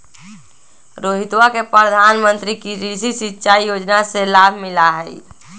रोहितवा के प्रधानमंत्री कृषि सिंचाई योजना से लाभ मिला हई